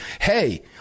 hey